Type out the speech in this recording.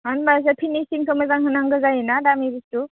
होनब्लासो फिनिसिंखौ मोजां होनांगो जायोना दामि बुस्थु